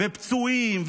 ופצועים,